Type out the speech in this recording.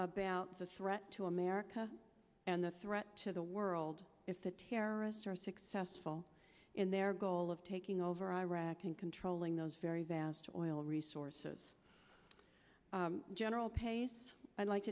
about such threat to america and the threat to the world if the terrorists are successful in their goal of taking over iraq and controlling those very vast oil resources general pace i'd like